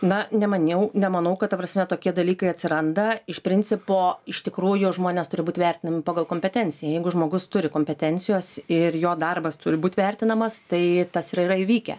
na nemaniau nemanau kad ta prasme tokie dalykai atsiranda iš principo iš tikrųjų žmonės turi būt vertinami pagal kompetenciją jeigu žmogus turi kompetencijos ir jo darbas turi būt vertinamas tai tas ir yra įvykę